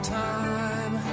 time